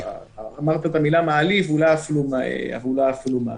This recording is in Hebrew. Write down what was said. אמרת את המילה מעליב אולי אפילו מעליב.